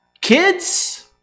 kids